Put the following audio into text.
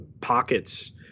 pockets